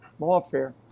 lawfare